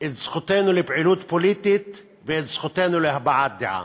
את זכותנו לפעילות פוליטית ואת זכותנו להבעת דעה.